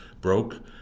broke